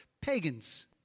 Pagans